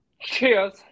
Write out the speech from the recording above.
Cheers